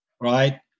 Right